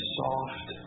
soft